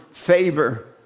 favor